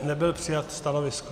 Nebylo přijato stanovisko.